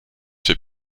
fait